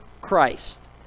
Christ